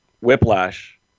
whiplash